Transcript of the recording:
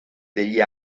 degli